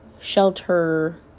shelter